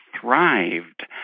thrived